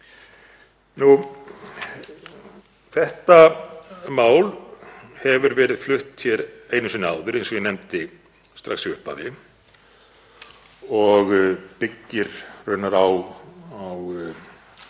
Þetta mál hefur verið flutt hér einu sinni áður eins og ég nefndi strax í upphafi og byggir raunar á